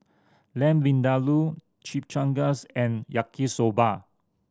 Lamb Vindaloo Chimichangas and Yaki Soba